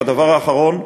והדבר האחרון,